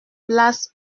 place